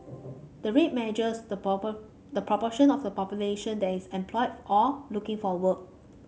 the rate measures the the proportion of the population that is employed or looking for work